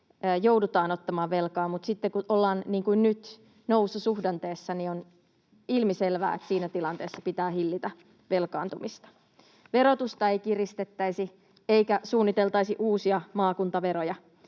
joudutaan ottamaan velkaa, mutta sitten kun ollaan, niin kuin nyt, noususuhdanteessa, niin on ilmiselvää, että siinä tilanteessa pitää hillitä velkaantumista. Verotusta ei kiristettäisi eikä suunniteltaisi uusia maakuntaveroja.